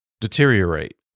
deteriorate